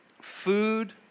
food